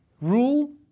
rule